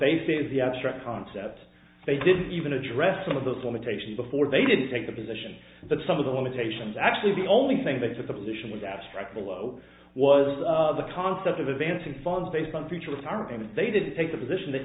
they say is the abstract concept they didn't even address some of those limitations before they didn't take the position that some of the limitations actually the only thing they took the position was abstract below was the concept of advancing funds based on future targets they didn't take the position that